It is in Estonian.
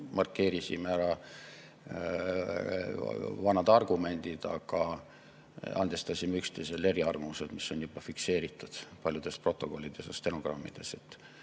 markeerisime ära vanad argumendid, aga andestasime üksteisele eriarvamused, mis on fikseeritud paljudes protokollides ja stenogrammides.